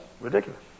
ridiculous